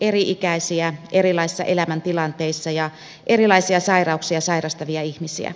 eri ikäisiä erilaisissa elämäntilanteissa ja erilaisia sairauksia sairastavia ihmisiä